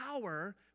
power